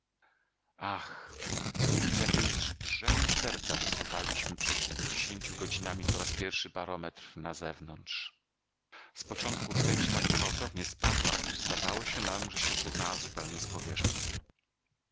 ach z jakiemż drżeniem serca wysuwaliśmy przed kilkudziesięciu godzinami po raz pierwszy barometr na zewnątrz z początku rtęć tak gwałtownie spadła iż zdawało się nam że się zrównała zupełnie z powierzchnią